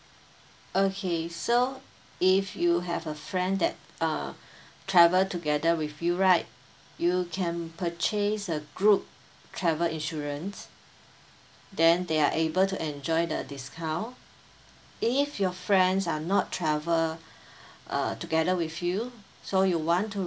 okay so if you have a friend that uh travel together with you right you can purchase a group travel insurance then they are able to enjoy the discount if your friends are not travel uh together with you so you want to